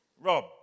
Rob